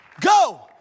go